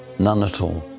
none at all.